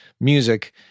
music